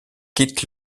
quitte